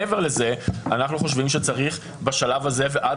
מעבר לזה אנחנו חושבים שצריך בשלב הזה ועד